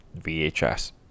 vhs